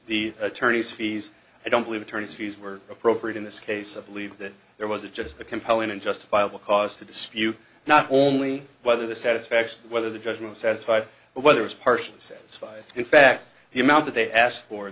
the attorney's fees i don't believe attorney's fees were appropriate in this case a believe that there was a just a compelling and justifiable cause to dispute not only whether the satisfaction whether the judge was satisfied but whether it's partial side in fact the amount that they asked for